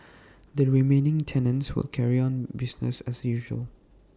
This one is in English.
the remaining tenants will carry on business as usual